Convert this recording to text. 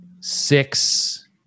six